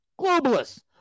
Globalists